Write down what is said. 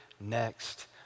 next